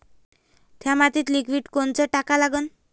थ्या मातीत लिक्विड कोनचं टाका लागन?